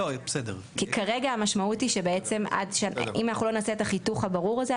כי כרגע המשמעות היא שבעצם עד שלא נעשה את החיתוך הברור הזה,